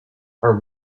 are